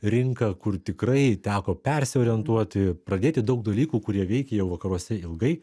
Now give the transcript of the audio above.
rinką kur tikrai teko persiorientuoti pradėti daug dalykų kurie veikia jau vakaruose ilgai